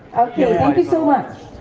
okay, thank you so much.